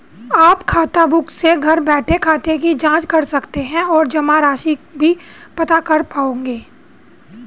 आप खाताबुक से घर बैठे खाते की जांच कर सकते हैं और जमा राशि भी पता कर पाएंगे